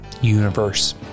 Universe